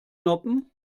noppen